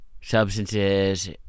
substances